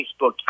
Facebook